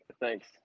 Thanks